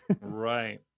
right